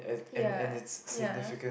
ya ya